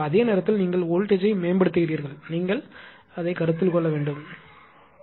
ஆனால் அதே நேரத்தில் நீங்கள் வோல்டேஜ் த்தை மேம்படுத்துகிறீர்கள் நீங்கள் கருத்தில் கொள்ள வேண்டும் அதுவும் இருக்கும்